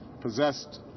possessed